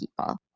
people